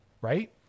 right